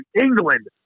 England